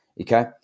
okay